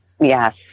yes